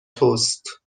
توست